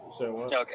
Okay